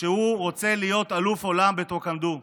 שהוא רוצה להיות אלוף עולם בטאקוונדו.